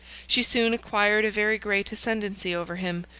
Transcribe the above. she soon acquired a very great ascendency over him,